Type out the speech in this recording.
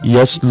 Yes